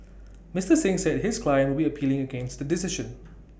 Mister Singh said his client would be appealing against the decision